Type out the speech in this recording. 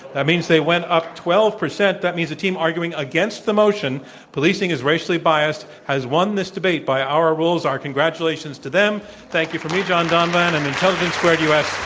that means they went up twelve percent. that means the team arguing against the motion policing is racially biased, has won this debate by our rules. our congratulations to them. thank you from me, john donvan, and intelligence squared u. s.